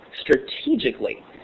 strategically